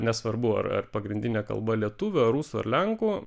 nesvarbu ar ar pagrindinė kalba lietuvių ar rusų ar lenkų